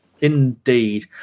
indeed